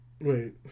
Wait